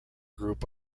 group